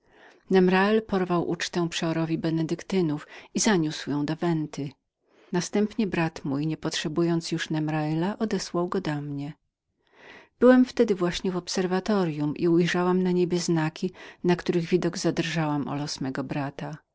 nemrael porwał ucztę przeorowi benedyktynów i zaniósł ją do venty następnie brat mój niepotrzebując już nemraela odesłał go do mnie byłam właśnie wtedy w obserwatoryum i ujrzałam na niebie znaki na widok których zadrżałam o los mego brata